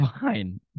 Fine